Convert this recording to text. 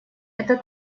это